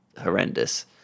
horrendous